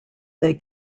they